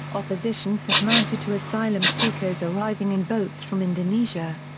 opposition has mounted to asylum seekers arriving in boats from indonesia.